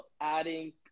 adding